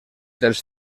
dels